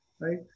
right